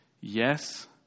Yes